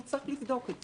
נצטרך לבדוק את זה.